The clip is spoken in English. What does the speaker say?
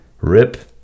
Rip